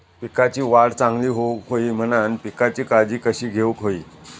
पिकाची वाढ चांगली होऊक होई म्हणान पिकाची काळजी कशी घेऊक होई?